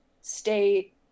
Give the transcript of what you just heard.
state